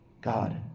God